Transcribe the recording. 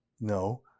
No